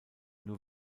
nur